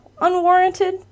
unwarranted